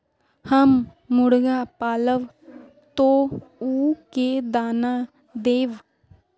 हम मुर्गा पालव तो उ के दाना देव?